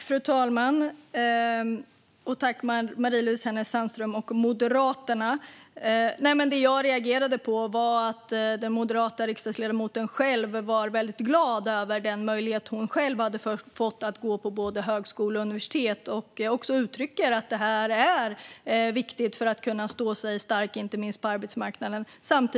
Fru talman! Tack, Marie-Louise Hänel Sandström och Moderaterna! Det som jag reagerade på var att den moderata riksdagsledamoten var väldigt glad över den möjlighet som hon själv hade fått att gå på både högskola och universitet och också uttryckte att detta är viktigt för att kunna stå stark på inte minst arbetsmarknaden.